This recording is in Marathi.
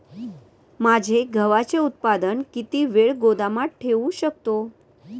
माझे गव्हाचे उत्पादन किती वेळ गोदामात ठेवू शकतो?